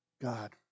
God